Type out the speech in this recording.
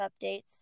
updates